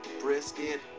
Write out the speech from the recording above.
brisket